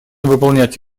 выполнять